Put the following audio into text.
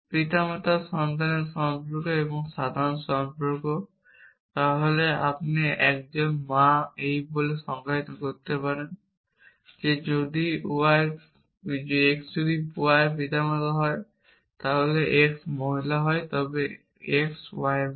পিতামাতার সন্তানের সম্পর্ক এবং সাধারণ সম্পর্ক তাহলে আপনি একজন মাকে এই বলে সংজ্ঞায়িত করতে পারেন যে x যদি y এর পিতামাতা হয় এবং x মহিলা হয় তবে x y এর মা